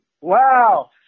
Wow